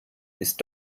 ist